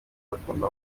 agakunda